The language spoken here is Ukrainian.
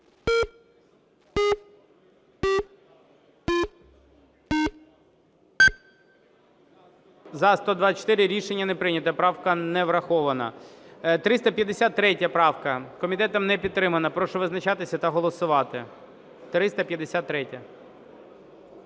За-124 Рішення не прийнято. Правка не врахована. 353 правка комітетом не підтримана. Прошу визначатися та голосувати,